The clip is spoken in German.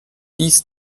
dies